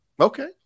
Okay